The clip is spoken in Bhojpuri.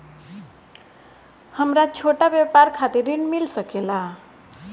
हमरा छोटा व्यापार खातिर ऋण मिल सके ला?